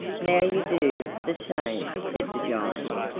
now you do the same, said the giant,